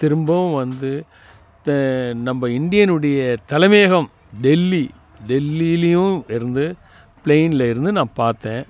திரும்பவும் வந்து த நம்ப இந்தியனுடைய தலைமையகம் டெல்லி டெல்லிலையும் இருந்து ப்ளைன்லேருந்து நான் பார்த்தேன்